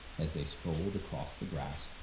as they strolled across the grass,